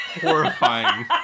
horrifying